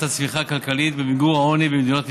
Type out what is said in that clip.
הצמיחה הכלכלית ובמיגור העוני במדינות מתפתחות,